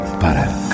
para